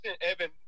Evan